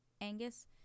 Angus